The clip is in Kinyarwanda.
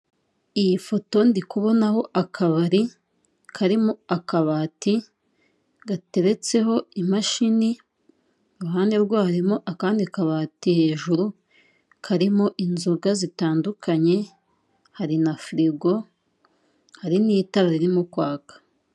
Iyi foto ndikubonaho akabari karimo akabati gateretseho imashini, iruhande rwayo harimo akandi kabati hejuru karimo inzoga zitandukanye, hari na firigo hari n'itara ririmo kwaka.